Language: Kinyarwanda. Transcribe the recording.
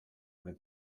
muri